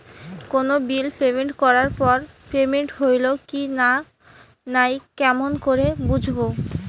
কোনো bill payment করার পর পেমেন্ট হইল কি নাই কেমন করি বুঝবো?